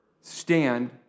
stand